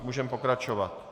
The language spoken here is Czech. Můžeme pokračovat.